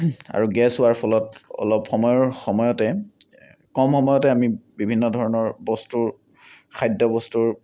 আৰু গেছ হোৱাৰ ফলত অলপ সময়ৰ সময়তে কম সময়তে আমি বিভিন্ন ধৰণৰ বস্তুৰ খাদ্য বস্তুৰ